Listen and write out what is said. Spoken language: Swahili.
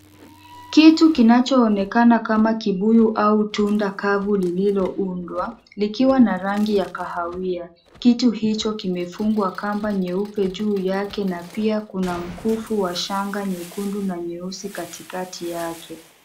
Kitu kinachoonekana kama kibuyu au tunda kavu lililoundwa, likiwa na rangi ya kahawia. Kitu hicho kimefungwa kamba nyeupe juu yake na pia kuna mkufu wa shanga nyekundu na nyeusi kati kati yake.